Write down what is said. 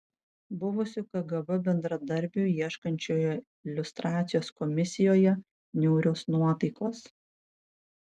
buvusių kgb bendradarbių ieškančioje liustracijos komisijoje niūrios nuotaikos